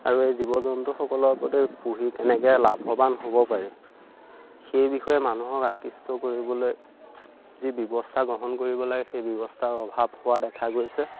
আৰু এই জীৱ জন্তুসকলৰ প্ৰতি পুহি কেনেকে লাভৱান হ'ব পাৰি সেই বিষয়ে মানুহক আকৃষ্ট কৰিবলৈ যি ব্যৱস্থা গ্ৰহণ কৰিব লাগে সেই ব্যৱস্থাৰ অভাৱ হোৱা দেখা গৈছে